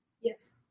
Yes